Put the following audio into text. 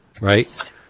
right